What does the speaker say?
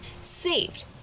Saved